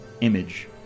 image